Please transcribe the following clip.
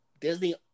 Disney